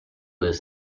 his